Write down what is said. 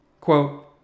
Quote